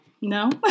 no